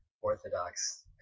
orthodox